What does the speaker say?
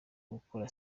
gukora